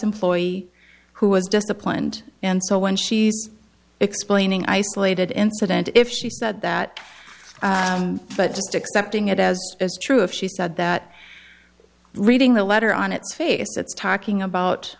employee who was disciplined and so when she's explaining isolated incident if she said that but just accepting it as is true if she said that reading the letter on its face it's talking about